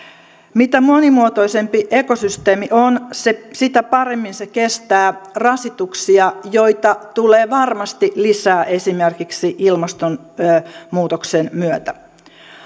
mitä monimuotoisempi ekosysteemi on sitä paremmin se kestää rasituksia joita tulee varmasti lisää esimerkiksi ilmastonmuutoksen myötä